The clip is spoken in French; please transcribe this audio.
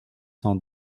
cent